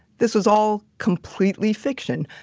this was all completely fiction.